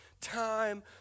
time